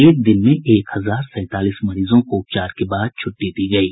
एक दिन में एक हजार सैंतालीस मरीजों को उपचार के बाद छुट्टी दी गयी